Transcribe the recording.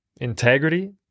Integrity